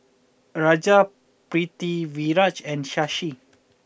Raja Pritiviraj and Shashi